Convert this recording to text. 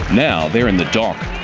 now they're in the dock.